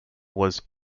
was